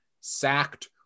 sacked